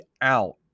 out